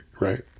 right